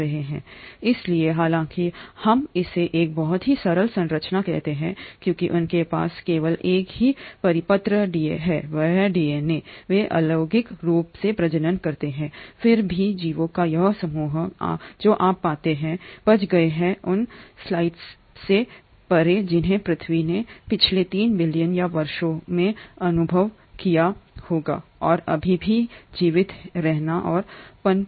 इसलिए हालांकि हम इसे एक बहुत ही सरल संरचना कहते हैं क्योंकि उनके पास केवल एक ही परिपत्र है डीएनए वे अलैंगिक रूप से प्रजनन करते हैं फिर भी जीवों का यह समूह जो आप पाते हैं बच गए हैं उन स्लॉट्स से परे जिन्हें पृथ्वी ने पिछले 3 बिलियन या वर्षों में अनुभव किया होगा और अभी भी है जीवित रहना और पनपना